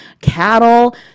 cattle